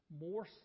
more